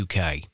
UK